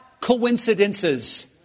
coincidences